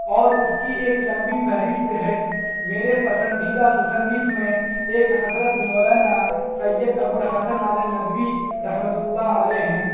اور اس کی ایک لمبی فہرست ہے میرے پسندیدہ مصنف میں ایک حضرت مولانا سید ابوالحسن علی ندوی رحمۃ اللہ علیہ ہیں